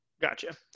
Gotcha